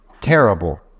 terrible